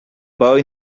boy